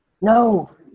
No